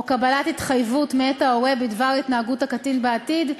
או קבלת התחייבות מאת ההורה בדבר התנהגות הקטין בעתיד,